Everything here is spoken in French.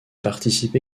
participe